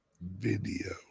video